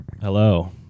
Hello